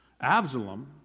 Absalom